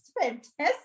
fantastic